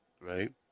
right